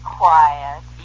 quiet